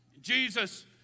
Jesus